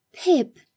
Pip